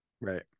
Right